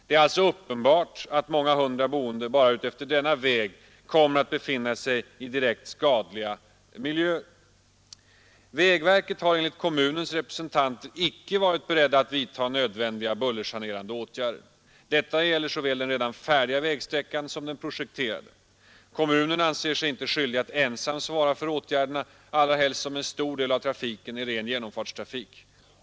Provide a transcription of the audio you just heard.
Det är alltså uppenbart att många hundra boende bara utefter denna väg kommer att befinna sig i direkt skadliga miljöer. Vägverket har enligt kommunens representanter icke varit berett att vidta nödvändiga bullersanerande åtgärder. Detta gäller såväl den redan färdiga vägsträckan som den projekterade. Kommunen anser sig inte skyldig att ensam svara för åtgärderna — allra helst som en stor del av trafiken är ren genomfartstrafik.